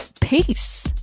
peace